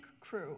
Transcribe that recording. Crew